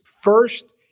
first